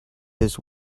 his